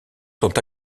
sont